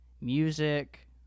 music